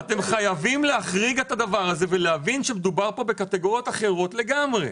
חייבים להחריג את הדבר הזה ולהבין שמדובר פה בקטגוריות אחרות לגמרי.